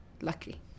lucky